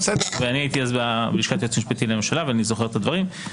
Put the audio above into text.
ואני הייתי אז בלשכת היועץ המשפטי לממשלה ואני זוכר את הדברים.